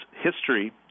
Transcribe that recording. history